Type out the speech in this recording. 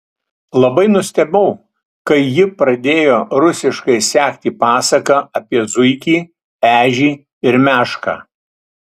labai nustebau kai ji pradėjo rusiškai sekti pasaką apie zuikį ežį ir mešką